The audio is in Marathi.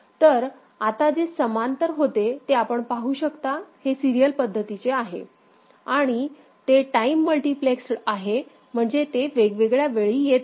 तर आता जे समांतर होते ते आपण पाहू शकता हे सिरीयल पद्धतीचे आहे आणि ते टाईम मल्टिप्लेक्सड आहे म्हणजे ते वेगवेगळ्या वेळी येत आहे